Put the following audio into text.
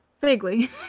vaguely